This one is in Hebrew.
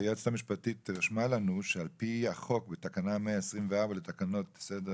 היועצת המשפטית רשמה לנו שעל פי החוק בתקנה 124 לתקנות סדר